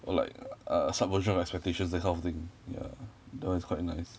or like uh subversion of expectations that kind of thing ya that one is quite nice